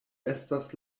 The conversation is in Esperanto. estas